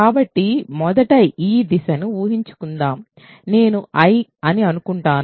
కాబట్టి మొదట ఈ దిశను ఊహించుకుందాం నేను I అని అనుకుంటాను